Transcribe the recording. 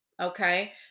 okay